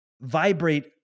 vibrate